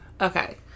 Okay